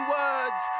words